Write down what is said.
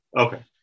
okay